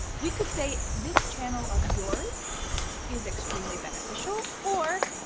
we could say, this channel of yours is extremely beneficial, or,